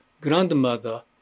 grandmother